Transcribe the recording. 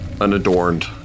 unadorned